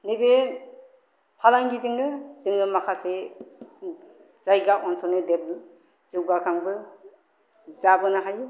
नैबे फालांगिजोंनो जोङो माखासे जायगा ओनसोलनि दे जौगाखांबो जाबोनो हायो